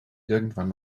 irgendwann